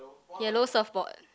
yellow surfboard